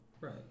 Right